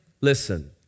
listen